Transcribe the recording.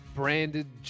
branded